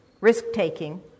risk-taking